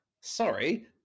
sorry